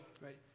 right